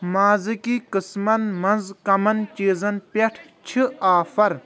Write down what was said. مازٕکۍ قٕسٕمن مَنٛز کَمَن چیٖزن پٮ۪ٹھ چھِ آفر ؟